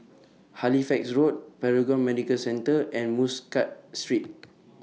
Halifax Road Paragon Medical Centre and Muscat Street